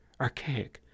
archaic